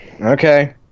okay